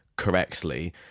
correctly